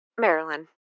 Marilyn